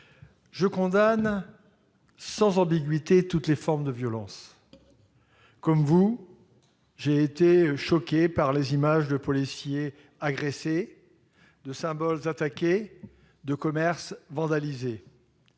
Je condamne sans ambiguïté toutes les formes de violence. Comme vous, mes chers collègues, j'ai été choqué par les images de policiers agressés, de symboles attaqués, de commerces vandalisés.